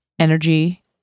energy